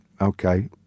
okay